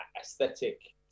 aesthetic